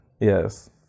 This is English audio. Yes